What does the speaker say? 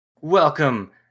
Welcome